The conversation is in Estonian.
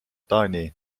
taani